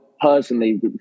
personally